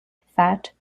fat